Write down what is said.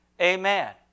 Amen